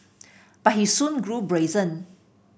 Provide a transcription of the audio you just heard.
but he soon grew brazen